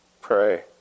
Pray